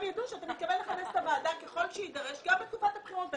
ידעו שאתה מתכוון לכנס את הוועדה ככל שיידרש גם בתקופת הבחירות.